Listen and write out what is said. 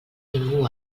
ningú